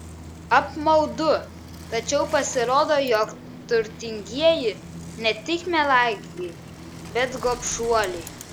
apmaudu tačiau pasirodo jog turtingieji ne tik melagiai bet gobšuoliai